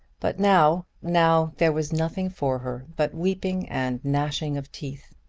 but now now there was nothing for her but weeping and gnashing of teeth.